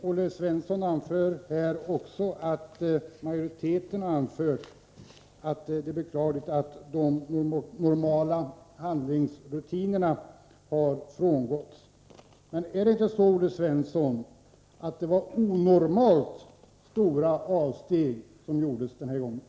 Herr talman! Olle Svensson påpekade att majoriteten anför att det är beklagligt att de normala handläggningsrutinerna har frångåtts. Men var det inte, Olle Svensson, onormalt stora avsteg som gjordes i detta fall?